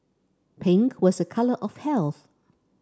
pink was a colour of health